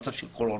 מצב של קורונה,